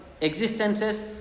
existences